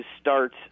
start